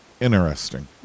Interesting